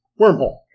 wormhole